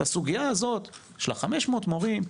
את הסוגייה הזאת של 500 המורים,